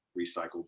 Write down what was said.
recycled